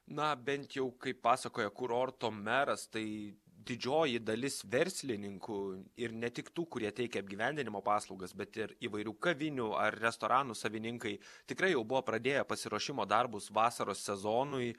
na bent jau kaip pasakojo kurorto meras tai didžioji dalis verslininkų ir ne tik tų kurie teikia apgyvendinimo paslaugas bet ir įvairių kavinių ar restoranų savininkai tikrai jau buvo pradėję pasiruošimo darbus vasaros sezonui